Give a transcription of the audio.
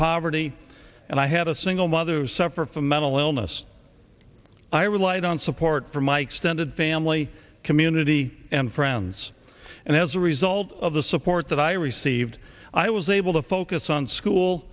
poverty and i had a single mother suffer from mental illness i relied on support from my extended family community and friends and as a result of the support that i received i was able to focus on school